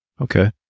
Okay